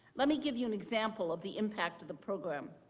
let me give you an example of the impact of the program.